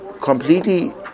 completely